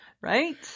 Right